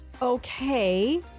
Okay